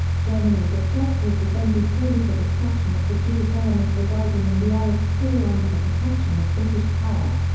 germany's objective would then be solely the destruction of the jewish element residing in the arab sphere under the protection of british power.